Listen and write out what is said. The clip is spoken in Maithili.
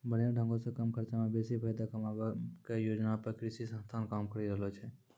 बढ़िया ढंगो से कम खर्चा मे बेसी फायदा कमाबै के योजना पे कृषि संस्थान काम करि रहलो छै